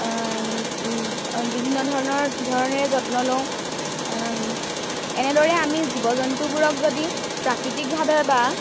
বিভিন্ন ধৰণৰ ধৰণেৰে যত্ন লওঁ এনেদৰে আমি জীৱ জন্তুবোৰক যদি প্ৰাকৃতিকভাৱে বা